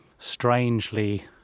strangely